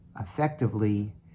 effectively